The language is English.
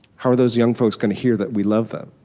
how are those young folks going to hear that we love them?